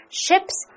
ships